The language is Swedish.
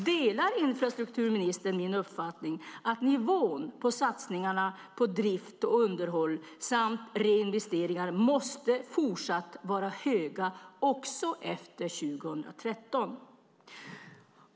Delar infrastrukturministern min uppfattning att nivån på satsningarna på drift och underhåll samt reinvesteringar måste vara fortsatt höga också efter 2013? Herr talman!